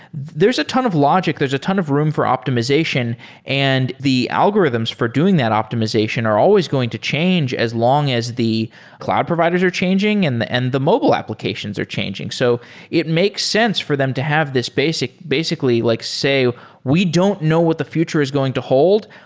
there's a ton of logic. there's a ton of room for optimization and the algorithms for doing that optimization are always going to change as long as the cloud providers are changing and the and the mobile applications are changing. so it makes sense for them to have this basically basically like say we don't know what the future is going to hold.